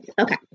okay